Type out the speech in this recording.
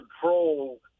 control